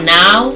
now